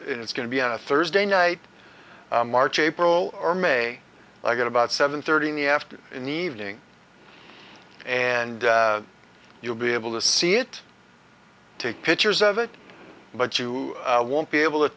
it's going to be on a thursday night march april or may i get about seven thirty in the after in the evening and you'll be able to see it take pictures of it but you won't be able to